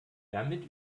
damit